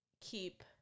keep